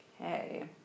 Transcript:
Okay